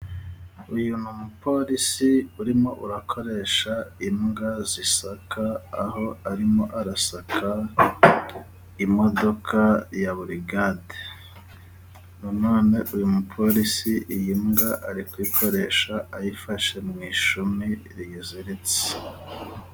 Uyu ni umupolisi urimo urakoresha imbwa zisaka, aho arimo arasaka imodoka ya burigade nanone uyu mupolisi iyi mbwa ari kuyikoresha ayifashe mu ishumi riyiziritse.